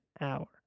hour